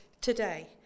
today